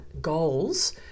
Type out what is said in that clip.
goals